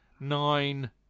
Nine